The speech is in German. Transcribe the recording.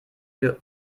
für